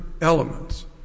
elements